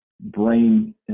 brain